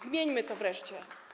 Zmieńmy to wreszcie.